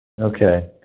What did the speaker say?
Okay